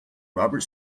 robert